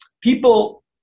people